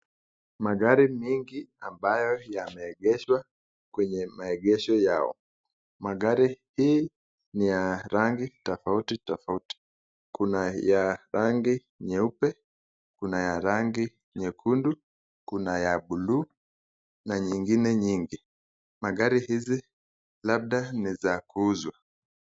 Magari mengi ambayo yameegeshwa kwenye maengesho yao magari hii ni ya rangi tofauti tofauti kuna ya rangi nyeupe, kuna ya rangi nyekundu, kuna ya blue na nyingine nyingi. Magari hizi labda ni za kuuzwa.